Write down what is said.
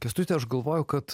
kęstuti aš galvoju kad